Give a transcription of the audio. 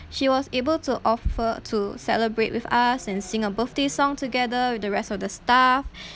she was able to offer to celebrate with us and sing a birthday song together with the rest of the staff